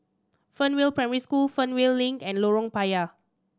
Fernvale Primary School Fernvale Link and Lorong Payah